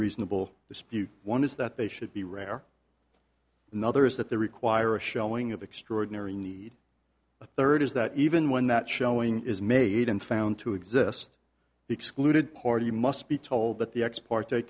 reasonable dispute one is that they should be rare another is that the require a showing of extraordinary need a third is that even when that showing is made and found to exist the excluded party must be told that the ex part